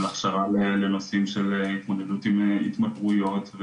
לנושאים של התמודדות עם התמכרויות,